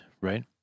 right